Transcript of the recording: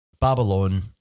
Babylon